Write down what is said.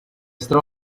straw